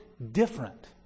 different